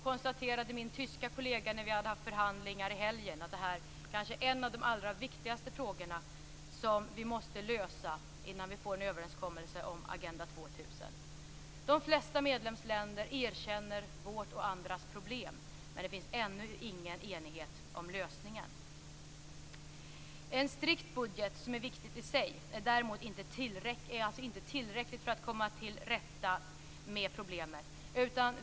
Efter helgens förhandlingar konstaterade min tyske kollega att detta är kanske en av de allra viktigaste frågorna som måste lösas innan man kan nå en överenskommelse om Agenda 2000. De flesta medlemsländer erkänner vårt och andras problem, men det finns ännu inte någon enighet om lösningen. En strikt budget, som är viktigt i sig, är alltså inte tillräckligt för att man skall komma till rätta med problemet.